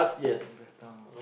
another time